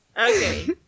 Okay